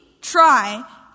try